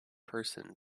person